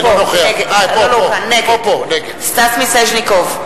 נגד סטס מיסז'ניקוב,